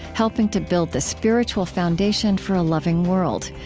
helping to build the spiritual foundation for a loving world.